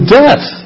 death